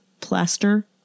plaster